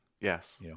Yes